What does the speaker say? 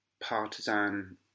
partisan